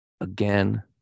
again